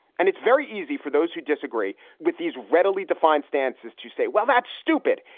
and it's very easy for those who disagree with these readily defined stances to say, well, that's stupid,